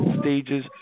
stages